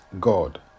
God